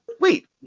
wait